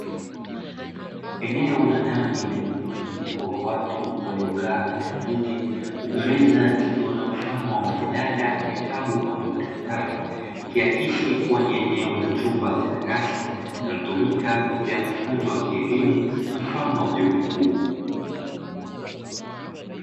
Eneo la ndani lenye mkusanyiko wa watu waliokaa katika viti huku meza zikiwa na mfano wa majalada, vitabu ama madaftari, ikiakisi kuwa ni eneo la chumba cha darasa linalotumika kwaajili ya mafunzo ya kielimu mfano wa vyuo vikuu.